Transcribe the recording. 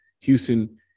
Houston